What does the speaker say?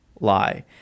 lie